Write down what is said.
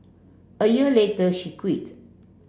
a year later she quit